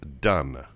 done